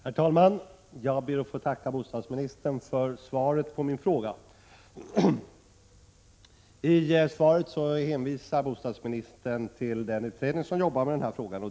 Herr talman! Jag ber att få tacka bostadsministern för svaret på min fråga. I svaret hänvisar bostadsministern till den utredning som arbetar med den här problematiken.